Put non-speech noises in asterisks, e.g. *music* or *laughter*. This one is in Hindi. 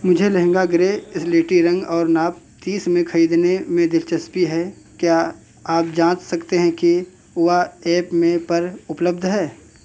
मुझे लहँगा ग्रे स्लेटी रंग और नाप तीस में खरीदने में दिलचस्पी है क्या आप जाँच सकते हैं कि वह *unintelligible* पर उपलब्ध है